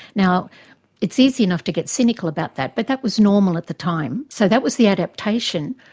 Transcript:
now it's easy enough to get cynical about that, but that was normal at the time. so that was the adaptation,